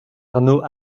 arnault